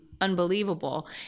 Unbelievable